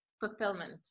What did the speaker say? fulfillment